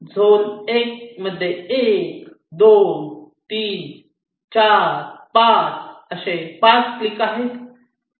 zone 1 मध्ये 1 2 3 4 5 असे 5 click आहेत